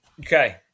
Okay